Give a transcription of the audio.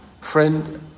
Friend